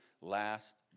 last